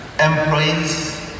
employees